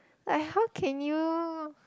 like how can you